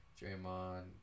Draymond